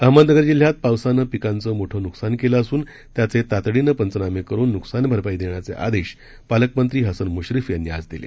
अहमदनगर जिल्ह्यात पावसानं पिकांचं मोठं नुकसान केलं असून त्याचे तातडीनं पंचनामे करून नुकसान भरपाई देण्याचे आदेश पालकमंत्री हसन मुश्रीफ यांनी आज दिले